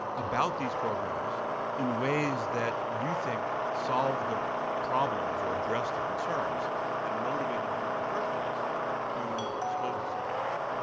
about these programs in ways that you think solve the problems or address the concerns that motivated you in the first place to disclose this information?